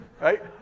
Right